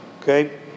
Okay